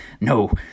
No